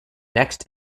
next